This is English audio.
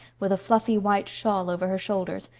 with a fluffy white shawl over her shoulders,